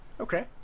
Okay